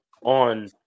on